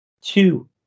Two